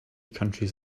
countries